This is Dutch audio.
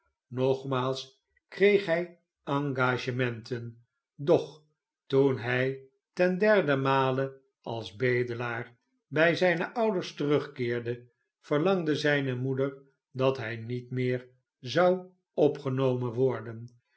nogmaals kreeg hij engagementen doch toen hij ten derden male als bedelaar bij zijne ouders terugkeerde verlangde zijne moeder dat hij niet meer zou opgenomen worden